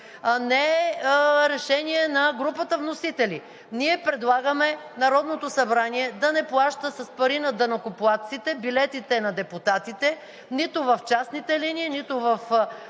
не е решение на групата на вносителите. Ние предлагаме Народното събрание да не плаща с парите на данъкоплатците билетите на депутатите – нито частните, нито